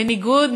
בניגוד,